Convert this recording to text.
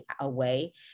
away